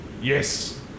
Yes